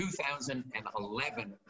2011